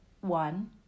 one